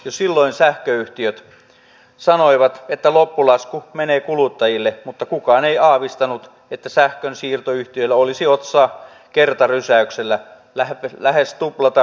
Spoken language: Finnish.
jo silloin sähköyhtiöt sanoivat että loppulasku menee kuluttajille mutta kukaan ei aavistanut että sähkönsiirtoyhtiöillä olisi otsaa kertarysäyksellä lähes tuplata siirtohinta